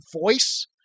voice